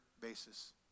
basis